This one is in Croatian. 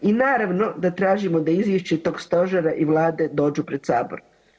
I naravno da tražimo da izvješće tog Stožera i Vlade dođu pred Sabor.